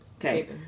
okay